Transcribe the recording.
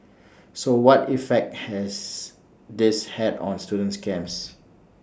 so what effect has this had on student's camps